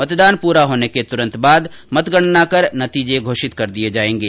मतदान पूरा होने के तुरंत बाद मतगणना कर नतीजे घोषित कर दिये जायेंगे